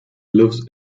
lives